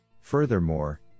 Furthermore